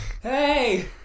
Hey